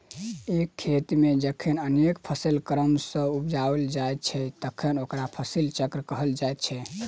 एक खेत मे जखन अनेक फसिल क्रम सॅ उपजाओल जाइत छै तखन ओकरा फसिल चक्र कहल जाइत छै